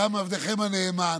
גם עבדכם הנאמן,